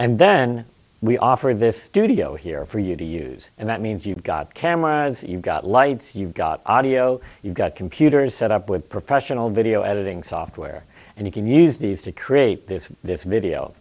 and then we offer this studio here for you to use and that means you've got cameras you've got lights you've got audio you've got computers set up with professional video editing software and you can use these to create this